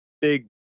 big